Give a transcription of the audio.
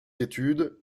études